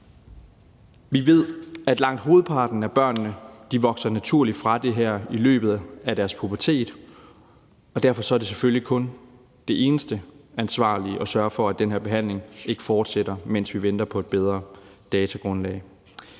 Vi ved, at langt hovedparten af børnene naturligt vokser fra det her i løbet af deres pubertet, og derfor er det eneste ansvarlige selvfølgelig kun at sørge for, at den her behandling ikke fortsætter, mens vi venter på et bedre datagrundlag.